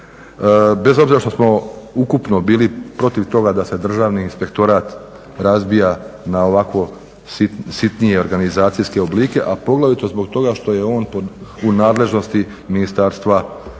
bez obzira što smo ukupno bili protiv toga da se Državni inspektorat razbija na ovako sitnije organizacijske oblike a poglavito zbog toga što je on u nadležnosti ministarstava